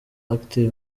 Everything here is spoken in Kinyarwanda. active